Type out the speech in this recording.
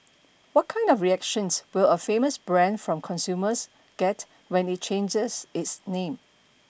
what kind of reactions will a famous brand from consumers get when it changes its name